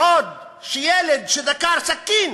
בעוד שילד שדקר בסכין